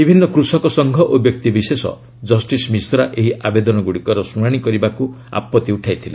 ବିଭିନ୍ନ କୃଷକ ସଂଘ ଓ ବ୍ୟକ୍ତିବିଶେଷ ଜଷ୍ଟିସ୍ ମିଶ୍ରା ଏହି ଆବେଦନଗୁଡ଼ିକର ଶୁଣାଣି କରିବାକୁ ଆପଭି ଉଠାଇଥିଲେ